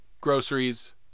groceries